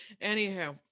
anyhow